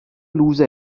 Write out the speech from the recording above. lose